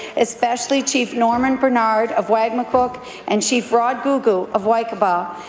especially chief norman bernard of wagmatcook and chief rod googoo of waycobah,